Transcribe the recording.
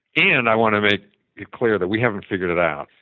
and i want to make it clear that we haven't figured it out.